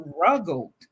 struggled